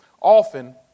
often